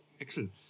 Excellent